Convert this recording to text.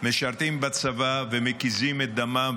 משרתים בצבא ומקיזים את דמם,